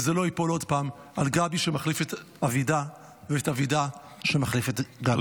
וזה לא ייפול עוד פעם על גבי שמחליף את אבידע ואת אבידע שמחליף את גבי.